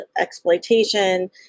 exploitation